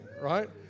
right